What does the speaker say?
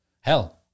hell